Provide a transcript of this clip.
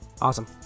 Awesome